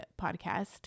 podcast